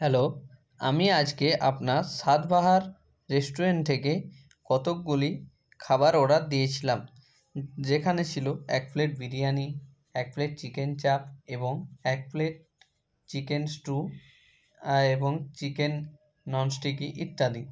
hello আমি আজকে আপনার স্বাদবাহার রেস্টুরেন্ট থেকে কতকগুলি খাবার অর্ডার দিয়েছিলাম যেখানে ছিলো এক প্লেট বিরিয়ানি এক প্লেট চিকেন চাপ এবং এক প্লেট চিকেন স্ট্যু এবং চিকেন ননস্টিকি ইত্যাদি